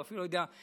הוא אפילו יודע,